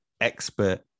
Expert